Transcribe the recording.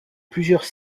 plusieurs